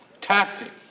tactic